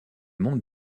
monde